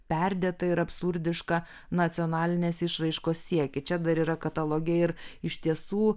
perdėtą ir absurdišką nacionalinės išraiškos siekį čia dar yra kataloge ir iš tiesų